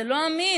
שזה לא אמין,